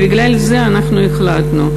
בגלל זה אנחנו החלטנו,